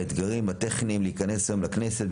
האתגרים הטכניים - להיכנס לכנסת,